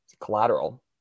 collateral